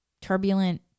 turbulent